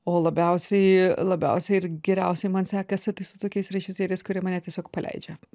o labiausiai labiausiai ir geriausiai man sekasi tai su tokiais režisieriais kurie mane tiesiog paleidžia